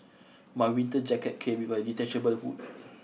my winter jacket came with a detachable hood